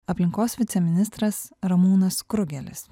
aplinkos viceministras ramūnas krugelis